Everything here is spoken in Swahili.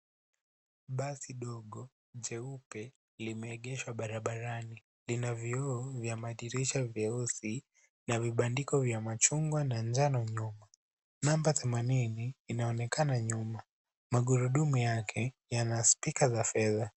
Basi dogo jeupe limeegeshwa barabarani, lina vyoo vya madirisha vyeusi na bibandiko kwa machungwa na njano nyuma, namba themanini inaonekana nyuma, magurudumu yake yanaspika za fedha.